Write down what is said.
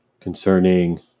Concerning